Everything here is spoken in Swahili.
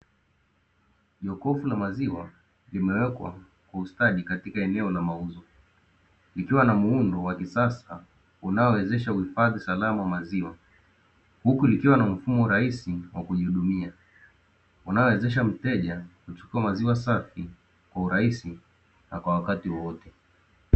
Jokofu la maziwa limewekwa kwa ustadi katika eneo la mauzo, likiwa na muundo wa kisasa unaowezesha uhifadhi salama wa maziwa, huku likiwa na mfumo rahisi wa kujihudumia, unaowezesha mteja kuchukua maziwa safi kwa urahisi na kwa wakati wowote.